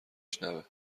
شنوه